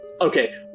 Okay